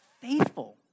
faithful